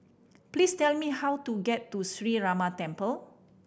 please tell me how to get to Sree Ramar Temple